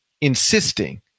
insisting